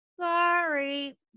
sorry